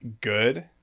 Good